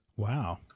Wow